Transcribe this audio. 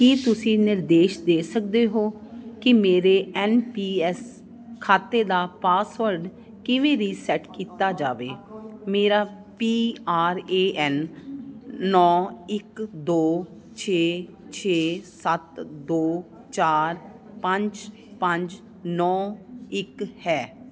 ਕੀ ਤੁਸੀਂ ਨਿਰਦੇਸ਼ ਦੇ ਸਕਦੇ ਹੋ ਕਿ ਮੇਰੇ ਐੱਨ ਪੀ ਐੱਸ ਖਾਤੇ ਦਾ ਪਾਸਵਰਡ ਕਿਵੇਂ ਰੀਸੈਟ ਕੀਤਾ ਜਾਵੇ ਮੇਰਾ ਪੀ ਆਰ ਏ ਐੱਨ ਨੌਂ ਇੱਕ ਦੋ ਛੇ ਛੇ ਸੱਤ ਦੋ ਚਾਰ ਪੰਜ ਪੰਜ ਨੌਂ ਇੱਕ ਹੈ